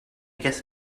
guess